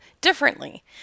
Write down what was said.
differently